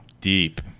Deep